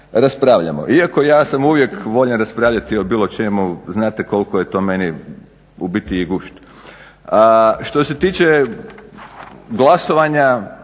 raspravljamo. Iako ja sam uvijek voljan raspravljati o bilo čemu, znate koliko je to meni u biti gušt. Što se tiče glasovanja,